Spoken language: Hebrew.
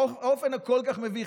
האופן הכל-כך מביך,